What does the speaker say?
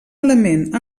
element